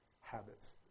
habits